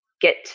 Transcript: get